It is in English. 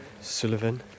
Sullivan